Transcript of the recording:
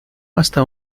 hasta